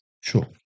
Sure